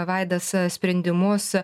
vaidas sprendimus